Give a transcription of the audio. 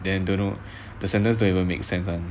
then don't know the sentence don't even make sense [one]